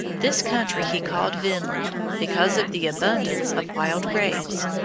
this country he called vinland because of the abundance of wild grapes.